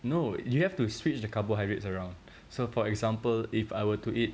no you have to switch the carbohydrates around so for example if I were to eat